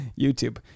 YouTube